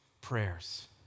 prayers